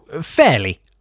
fairly